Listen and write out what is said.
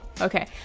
Okay